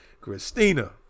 Christina